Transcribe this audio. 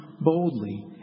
boldly